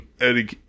Eddie